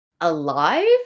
alive